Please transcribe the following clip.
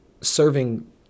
Serving